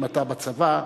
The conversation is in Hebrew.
אתה בצבא,